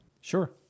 Sure